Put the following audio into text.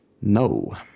No